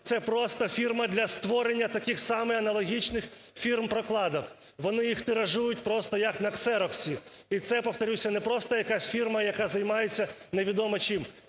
Це просто фірма для створення таких самих аналогічних фірм-прокладок. Вони їх тиражують просто як на ксероксі. І це, повторюся, не просто якась фірма, яка займається невідомо чим.